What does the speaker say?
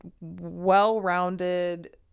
Well-rounded